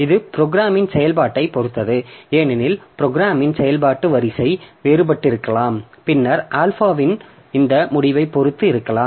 இது ப்ரோக்ராமின் செயல்பாட்டைப் பொறுத்தது ஏனெனில் ப்ரோக்ராமின் செயல்பாட்டு வரிசை வேறுபட்டிருக்கலாம் பின்னர் ஆல்பாவின் இந்த முடிவைப் பொறுத்து இருக்கலாம்